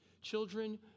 Children